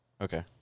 Okay